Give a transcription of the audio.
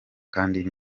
kandi